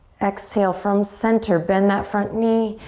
exhale, from center bend that front knee,